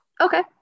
okay